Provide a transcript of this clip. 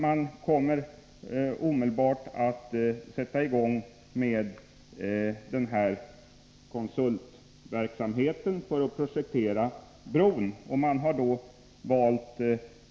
Man kommer omedelbart att sätta i gång med denna konsultverksamhet för att projektera bron.